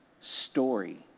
story